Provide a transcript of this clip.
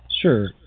Sure